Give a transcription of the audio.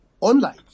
online